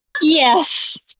yes